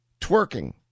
twerking